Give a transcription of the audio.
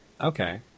okay